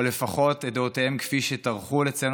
או לפחות את דעותיהם כפי שטרחו לציין